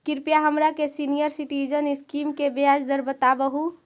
कृपा हमरा के सीनियर सिटीजन स्कीम के ब्याज दर बतावहुं